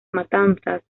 matanzas